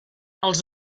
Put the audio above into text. els